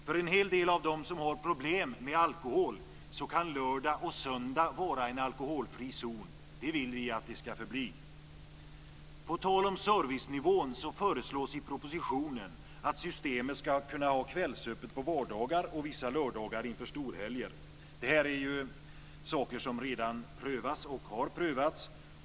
För en hel del av dem som har problem med alkohol kan lördag och söndag vara en alkoholfri zon. Det vill vi att det ska förbli. På tal om servicenivån föreslås i propositionen att Systemet ska kunna ha kvällsöppet på vardagar och vissa lördagar inför storhelger. Detta har ju för övrigt redan prövats.